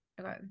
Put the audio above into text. Okay